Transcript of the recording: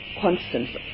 constantly